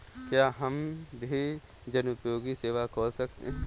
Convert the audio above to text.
क्या हम भी जनोपयोगी सेवा खोल सकते हैं?